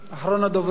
אחרון הדוברים.